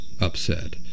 upset